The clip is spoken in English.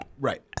right